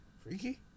Freaky